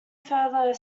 further